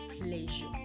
pleasure